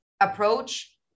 approach